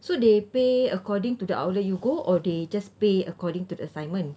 so they pay according to the outlet you go or they just pay according to the assignment